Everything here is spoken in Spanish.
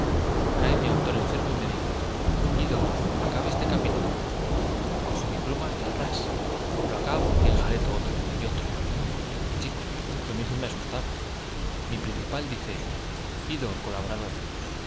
mi autor enfermo y me dice ido acabe ese capítulo cojo mi pluma y ras lo acabo y enjareto otro y otro chico yo mismo me asustaba mi principal dice ido colaborador